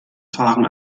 fahren